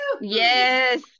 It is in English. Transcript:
yes